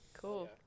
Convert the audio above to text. Cool